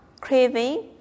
craving